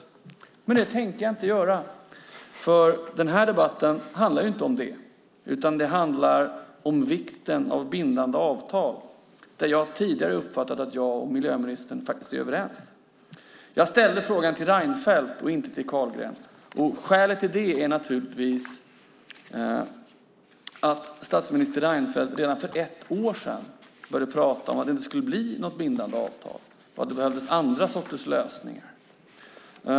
Men det tänker jag inte göra. Den här debatten handlar ju inte om det. Den handlar om vikten av bindande avtal, något som jag tidigare har uppfattat att jag och miljöministern faktiskt är överens om. Jag ställde frågan till Reinfeldt, inte till Carlgren. Skälet är naturligtvis att statsminister Reinfeldt redan för ett år sedan pratade om att det inte skulle bli något bindande avtal och att det behövdes andra sorters lösningar.